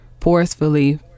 forcefully